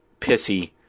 pissy